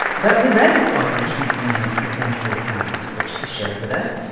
but we read the cooperation agreement he eventually signed, which he shared with us.